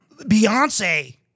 Beyonce